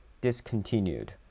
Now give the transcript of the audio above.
discontinued